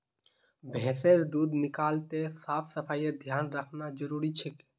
भैंसेर दूध निकलाते साफ सफाईर ध्यान रखना जरूरी छिके